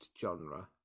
genre